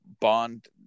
Bond